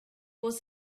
was